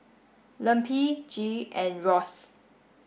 Lempi Gee and Ross